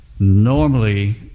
Normally